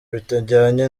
bitajyanye